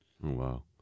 Wow